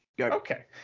Okay